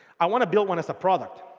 i want to build one as a product.